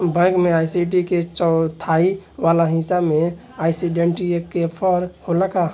Bank में ID के चौथाई वाला हिस्सा में आइडेंटिफैएर होला का?